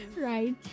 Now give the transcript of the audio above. right